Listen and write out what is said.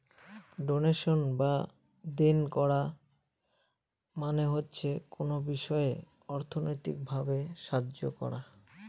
donation বা দেন করা মানে হচ্ছে কোনো বিষয়ে অর্থনৈতিক ভাবে সাহায্য করা